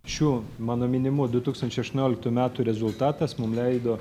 šių mano minimų du tūkstančiai aštuonioliktų metų rezultatas mum leido